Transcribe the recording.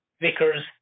Vickers